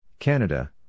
Canada